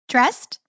Dressed